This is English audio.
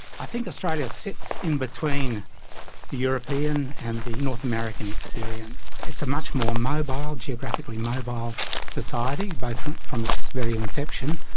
i think australia sits in-between the european and the north american experience. it's a much more geographically mobile society, both from from its very inception,